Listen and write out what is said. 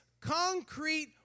Concrete